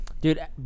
dude